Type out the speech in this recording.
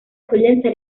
accoglienza